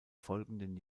folgenden